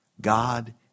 God